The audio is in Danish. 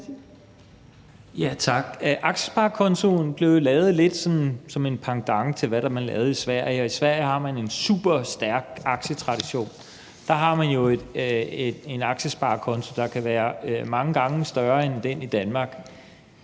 (V): Tak. Aktiesparekontoen blev jo lavet lidt som en pendant til det, man lavede i Sverige. I Sverige har man en superstærk aktietradition. Der har man jo en aktiesparekonto, der kan være mange gange større end den i Danmark.